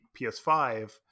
PS5